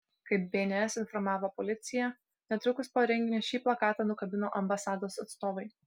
kaip bns informavo policija netrukus po renginio šį plakatą nukabino ambasados atstovai